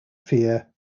fear